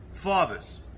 fathers